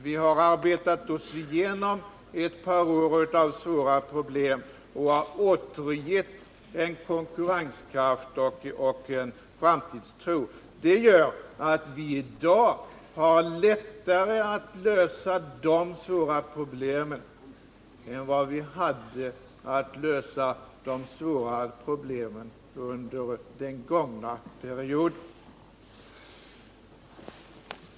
Vi har arbetat oss igenom ett par år av svåra problem och har återgett landet en konkurrenskraft och en framtidstro. Det gör att vi i dag harlättare att lösa de kommande svåra problemen än vad vi hade att lösa de svåra problemen under den gångna perioden.